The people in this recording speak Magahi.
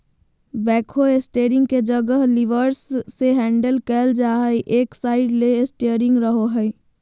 बैकहो स्टेरिंग के जगह लीवर्स से हैंडल कइल जा हइ, एक साइड ले स्टेयरिंग रहो हइ